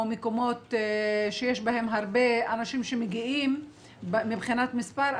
או מקומות שיש בהם הרבה אנשים שמגיעים מבחינת מספר,